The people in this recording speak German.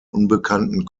unbekannten